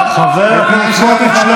חבר הכנסת סמוטריץ'.